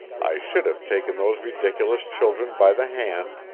i should have taken those ridiculous children by the hand,